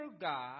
God